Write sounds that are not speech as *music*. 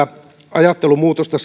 ajattelun muutosta *unintelligible*